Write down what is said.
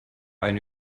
eine